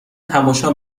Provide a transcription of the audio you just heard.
تماشا